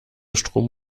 strom